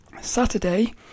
Saturday